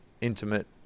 intimate